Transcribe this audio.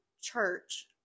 church